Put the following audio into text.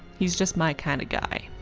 he's just my kind of guy!